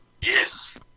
Yes